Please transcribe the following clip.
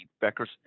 Becker's